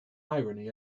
irony